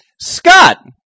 Scott